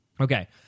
Okay